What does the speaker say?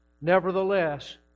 Nevertheless